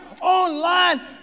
online